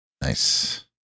nice